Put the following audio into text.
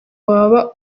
baba